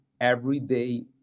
everyday